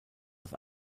das